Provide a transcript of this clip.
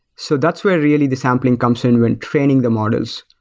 so that's where really the sampling comes in when training the models.